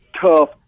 tough